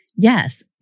Yes